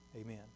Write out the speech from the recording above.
Amen